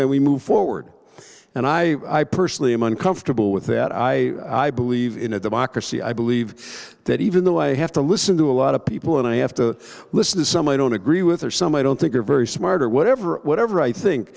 as we move forward and i personally i'm uncomfortable with that i believe in a democracy i believe that even though i have to listen to a lot of people and i have to listen to some i don't agree with or some i don't think are very smart or whatever or whatever i think